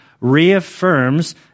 reaffirms